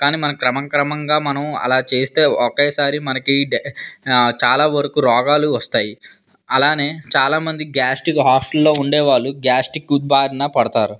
కానీ మనకు క్రమక్రమంగా మనం అలా చేస్తే ఒకేసారి మనకి చాలా వరకు రోగాలు వస్తాయి అలాగే చాలామంది గ్యాస్ట్రిక్ హాస్టల్లో ఉండే వాళ్ళు గ్యాస్ట్రిక్ బారిన పడతారు